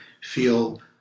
feel